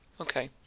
Okay